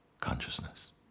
consciousness